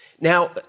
Now